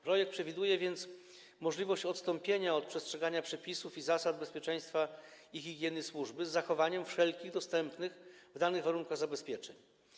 Projekt przewiduje więc możliwość odstąpienia od przestrzegania przepisów i zasad bezpieczeństwa i higieny służby z zachowaniem wszelkich dostępnych w danych warunkach zabezpieczeń.